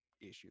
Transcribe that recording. issue